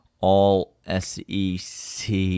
All-SEC